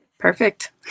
Perfect